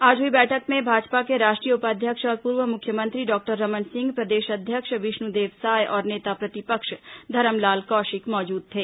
आज हुई बैठक में भाजपा के राष्ट्रीय उपाध्यक्ष और पूर्व मुख्यमंत्री डॉक्टर रमन सिंह प्रदेश अध्यक्ष विष्णुदेव साय और नेता प्रतिपक्ष धरमलाल कौशिक मौजूद थे